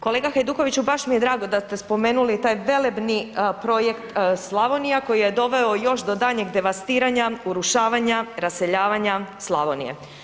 Kolega Hajdukoviću baš mi je drago da ste spomenuli taj velebni projekt „Slavonija“ koji je doveo još do daljnjeg devastiranja, urušavanja, raseljavanja Slavonije.